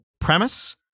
premise